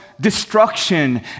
destruction